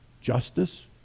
justice